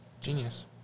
genius